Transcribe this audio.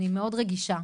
אני מאוד רגישה,